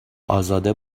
ازاده